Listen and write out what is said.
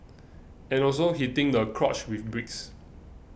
and also hitting the crotch with bricks